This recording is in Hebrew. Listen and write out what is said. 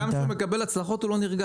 גם כשהוא מקבל הצלחות הוא לא נרגע.